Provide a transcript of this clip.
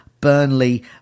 Burnley